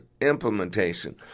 implementation